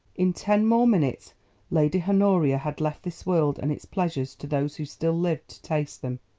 in ten more minutes lady honoria had left this world and its pleasures to those who still lived to taste them.